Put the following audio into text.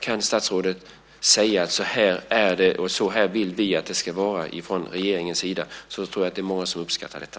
Om statsrådet kan säga: Så här är det, och så här vill vi att det ska vara från regeringens sida, tror jag att det är många som uppskattar detta.